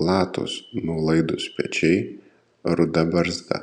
platūs nuolaidūs pečiai ruda barzda